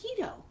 Keto